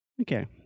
Okay